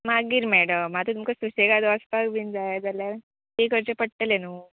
मागीर मॅडम आतां तुमकां सुसेगाद वचपाक बीन जाय जाल्यार पे करचे पडटले न्हू